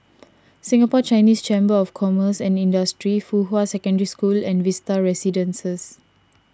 Singapore Chinese Chamber of Commerce and Industry Fuhua Secondary School and Vista Residences